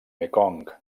mekong